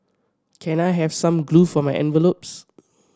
can I have some glue for my envelopes